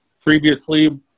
previously